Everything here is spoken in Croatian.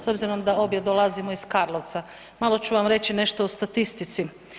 S obzirom da obje dolazimo iz Karlovca, malo ću vam reći nešto o statistici.